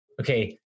okay